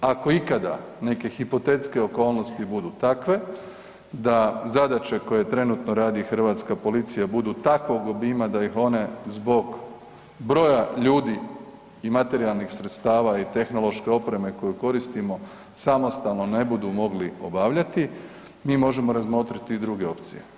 Ako ikada neke hipotetske okolnosti budu takve da zadaće koje trenutno radi hrvatska policija budu takvog obima da ih one zbog broja ljudi i materijalnih sredstava i tehnološke opreme koju koristimo samostalno ne budu mogli obavljati, mi možemo razmotriti i druge opcije.